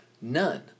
none